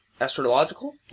astrological